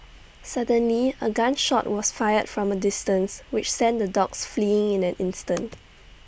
suddenly A gun shot was fired from A distance which sent the dogs fleeing in an instant